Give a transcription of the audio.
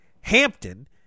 Hampton